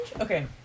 Okay